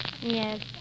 Yes